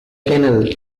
kennel